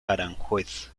aranjuez